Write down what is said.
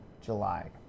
July